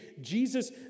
Jesus